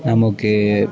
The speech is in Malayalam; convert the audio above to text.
നമുക്ക്